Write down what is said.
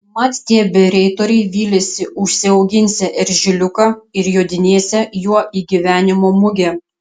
mat tie bereitoriai vylėsi užsiauginsią eržiliuką ir jodinėsią juo į gyvenimo mugę